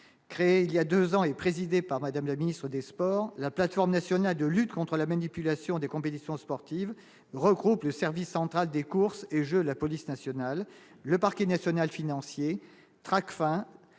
créée il y a 2 ans, et présidé par Madame la Ministre des Sports la plateforme nationale de lutte contre la manipulation des compétitions sportives regroupe le service central des courses et jeux, la police nationale, le parquet national financier Tracfin,